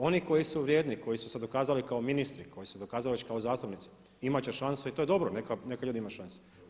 Oni koji su vrijedni, koji su se dokazali kao ministri, koji su se dokazali već kao zastupnici imat će šansu i to je dobro, neka ljudi imaju šansu.